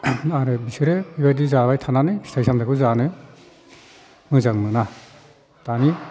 आरो बिसोरो बिदि जाबाय थानानै फिथाइ सामथाइखौ जानो मोजां मोना दानि